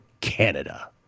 Canada